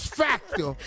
factor